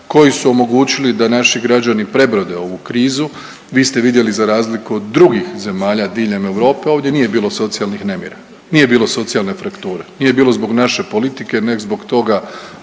koji su omogućili da naši građani prebrode ovu krizu. Vi ste vidjeli za razliku od drugih zemalja diljem Europe ovdje nije bilo socijalnih nemira, nije bilo socijalne frakture. Nije bilo zbog naše politike nego zbog toga